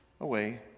away